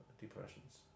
depressions